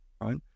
right